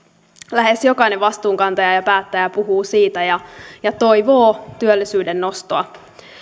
lähes jokainen vastuunkantaja ja päättäjä puhuu siitä ja ja toivoo työllisyyden nostoa